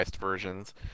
versions